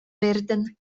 werden